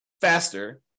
faster